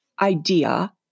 idea